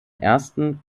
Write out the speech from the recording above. ersten